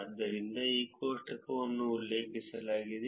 ಆದ್ದರಿಂದ ಈ ಕೋಷ್ಟಕವನ್ನು ಉಲ್ಲೇಖಿಸಲಾಗಿದೆ